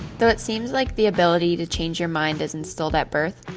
though it seems like the ability to change your mind as instilled at birth,